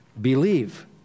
believe